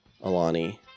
Alani